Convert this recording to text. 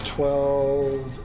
Twelve